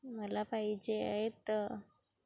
मला पाहिजे आहेत